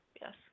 Yes